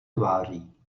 tváří